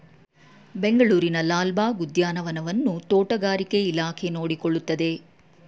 ಬೆಂಗಳೂರಿನ ಲಾಲ್ ಬಾಗ್ ಉದ್ಯಾನವನವನ್ನು ತೋಟಗಾರಿಕೆ ಇಲಾಖೆ ನೋಡಿಕೊಳ್ಳುತ್ತದೆ